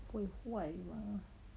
不会坏吗